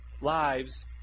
lives